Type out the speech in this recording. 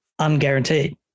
unguaranteed